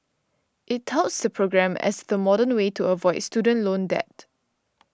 it touts the program as the modern way to avoid student loan debt